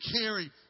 carry